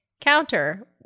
Counter